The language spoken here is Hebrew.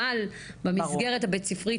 אבל במסגרת הבית ספרית,